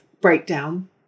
breakdown